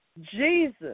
Jesus